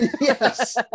Yes